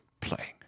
playing